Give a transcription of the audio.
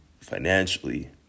financially